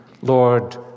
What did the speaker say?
Lord